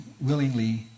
willingly